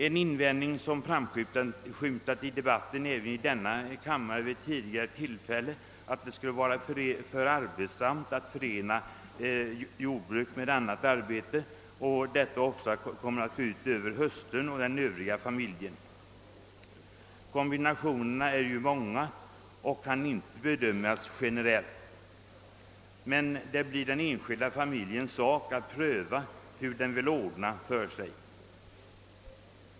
En invändning som framskymtat i debatten även i denna kammaren vid tidigare tillfällen är att det skulle vara för arbetsamt att förena jordbruk med annat arbete och att detta ofta kommer att gå ut över hustrun och den övriga familjen. Kombinationerna är ju många och kan inte bedömas generellt, men det blir den enskilda familjens sak att pröva hur den vill ordna för sig.